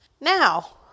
Now